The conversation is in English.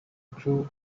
grew